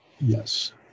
Yes